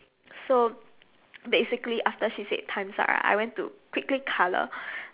so basically after she said time's up right I went to quickly colour